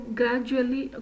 gradually